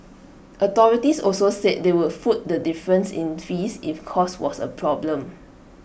authorities also said they would foot the difference in fees if cost was A problem